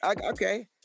Okay